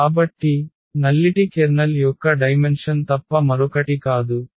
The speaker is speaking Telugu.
కాబట్టి నల్లిటి కెర్నల్ యొక్క డైమెన్షన్ తప్ప మరొకటి కాదు